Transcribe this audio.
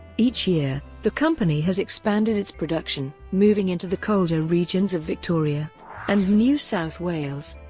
each year, the company has expanded its production, moving into the colder regions of victoria and new south wales.